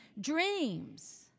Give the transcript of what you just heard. dreams